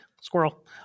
squirrel